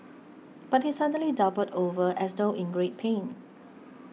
but he suddenly doubled over as though in great pain